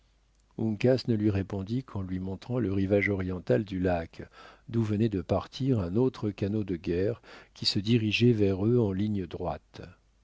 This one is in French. ne lui répondit qu'en lui montrant le rivage oriental du lac d'où venait de partir un autre canot de guerre qui se dirigeait vers eux en ligne droite